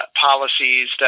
policies